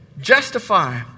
justify